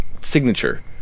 signature